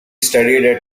studied